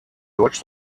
deutsch